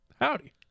howdy